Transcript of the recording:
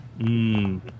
Mmm